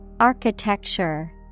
Architecture